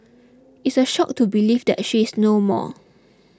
it's a shock to believe that she is no more